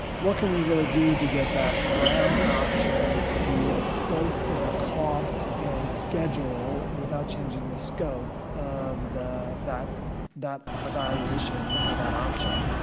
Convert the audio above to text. what can we really do to get that brown option to be as close to the cost and schedule without changing the scope of that that evaluation, of that option.